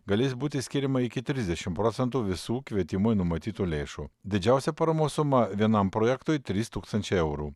galės būti skiriama iki trisdešimt procentų visų kvietimui numatytų lėšų didžiausia paramos suma vienam projektui trys tūkstančiai eurų